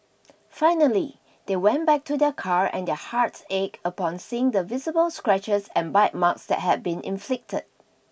finally they went back to their car and their hearts ached upon seeing the visible scratches and bite marks that had been inflicted